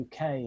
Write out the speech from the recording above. UK